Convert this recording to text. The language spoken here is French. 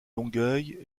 longueuil